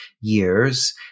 years –